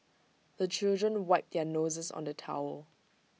the children wipe their noses on the towel